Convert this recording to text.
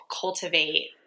cultivate